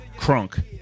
crunk